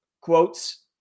quotes